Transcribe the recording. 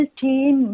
team